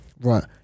right